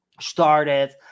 started